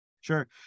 Sure